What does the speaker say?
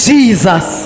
Jesus